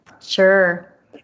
Sure